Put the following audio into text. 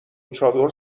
چادر